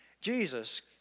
Jesus